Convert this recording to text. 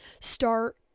start